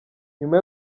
nyuma